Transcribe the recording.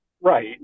Right